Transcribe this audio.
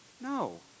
No